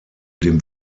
dem